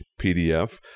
PDF